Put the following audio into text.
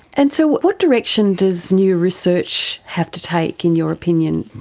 and so what direction does new research have to take in your opinion?